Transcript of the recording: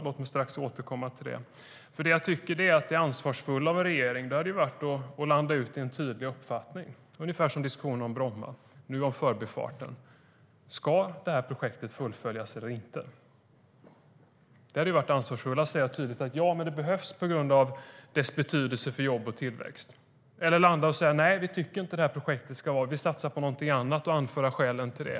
Låt mig strax återkomma till det. Jag tycker att det hade varit ansvarsfullt av regeringen om man hade landat i en tydlig uppfattning om Förbifarten, ungefär som i diskussionen om Bromma. Ska projektet fullföljas eller inte? Det hade varit ansvarsfullt att tydligt säga: Ja, det behövs på grund av dess betydelse för jobb och tillväxt. Eller man hade kunnat landa i att säga: Nej, vi tycker inte att det här projektet ska fullföljas. Vi satsar på någonting annat. Då hade man kunnat anföra skälen till det.